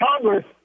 Congress